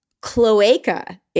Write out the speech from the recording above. cloaca